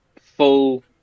full